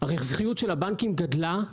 הרווחיות של הבנקים גדלה,